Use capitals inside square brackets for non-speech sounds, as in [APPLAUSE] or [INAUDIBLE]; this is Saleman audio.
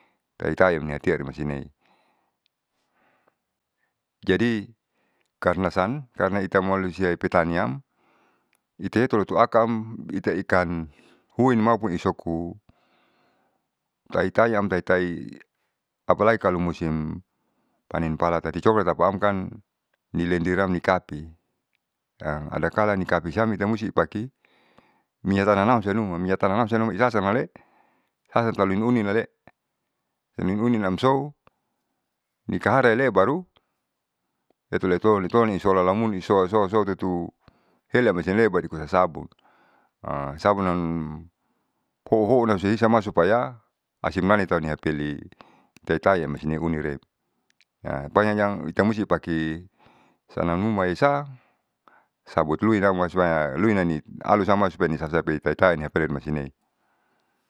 Itaim niatirumasine, jadi karna san karna ita malua pitaniam itae lotuakam itaikan huinmaupuisoko laitayam taitai. [NOISE] apalai kalo musim panen pala tati coklat tapaam kan nilendiram nikapi [HESITATION] adakala nikapi siam ita musti ipake minyatananam sianuma minyatanam siamnuma ilangsamalee hasasantaunilunialee nihuninamsou nikara iyale baru tetuleutoni soalamoni soa soa tutu heli amoi silee baru punya sabun [HESITATION] sabunam houhounam siisa masupaya asimanitau niatili tatai amoisinihunire [HESITATION] supaya jang itamusti pake sanamnuma esa sabut luin mar supaya luinani alusama supaya nisasapitaitai niapelen masine.